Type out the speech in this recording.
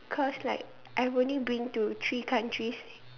cause like I've only been to three countries